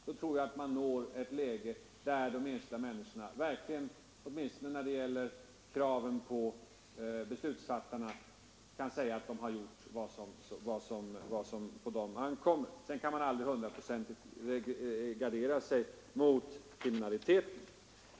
Då tror jag att man når ett läge där de enskilda människorna verkligen — åtminstone när det gäller kraven på beslutsfattarna — kan säga att de har gjort vad som på dem ankommer. Man kan naturligtvis aldrig hundraprocentigt gardera sig mot kriminalitet.